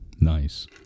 Nice